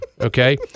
Okay